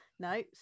No